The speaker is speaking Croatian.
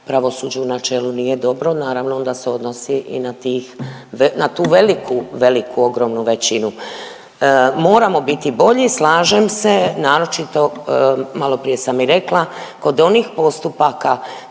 pravosuđe u načelu nije dobro. Naravno onda se odnosi i na tih i na tu veliku, veliku ogromnu većinu. Moramo biti bolji, slažem se, naročito maloprije sam i rekla kod onih postupaka